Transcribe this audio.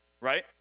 right